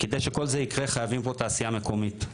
כדי שכל זה יקרה, חייבים פה תעשייה מקומית.